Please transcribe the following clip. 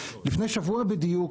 לפני שבוע בדיוק,